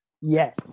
Yes